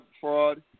Fraud